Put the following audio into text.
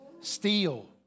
steal